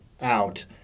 out